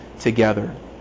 together